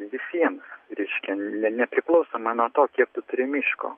visiem reiškia ne nepriklausomai nuo to kiek tu turi miško